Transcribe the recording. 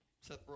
Seth